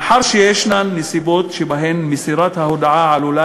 מאחר שיש נסיבות שבהן מסירת ההודעה עלולה